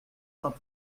saint